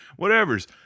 whatevers